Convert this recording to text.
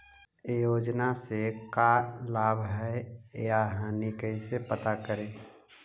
योजना से का लाभ है या हानि कैसे पता करी?